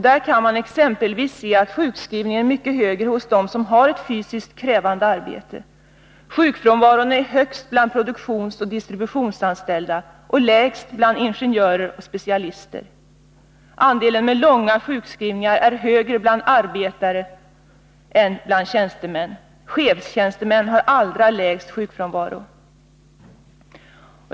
Man kan exempelvis se att sjukskrivningen är mycket högre hos dem som har ett fysiskt krävande arbete. Sjukfrånvaron är högst bland produktionsoch distributionsanställda och lägst bland ingenjörer, specialister. Andelen anställda med långa sjukskrivningar är högre bland arbetare än bland tjänstemän. Cheftjänstemän har allra lägst sjukfrånvaro.